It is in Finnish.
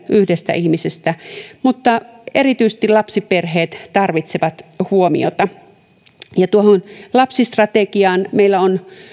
yhdestä ihmisestä mutta erityisesti lapsiperheet tarvitsevat huomiota tuohon lapsistrategiaan meillä on